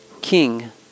King